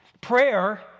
Prayer